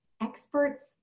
experts